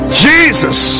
jesus